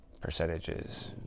percentages